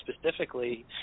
specifically